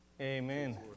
Amen